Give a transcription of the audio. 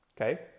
okay